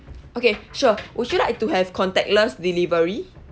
okay sure would you like to have contactless delivery